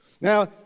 Now